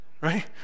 right